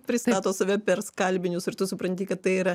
pristato save per skalbinius ir tu supranti kad tai yra